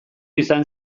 izan